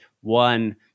one